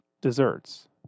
desserts